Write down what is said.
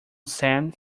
sand